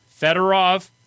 Fedorov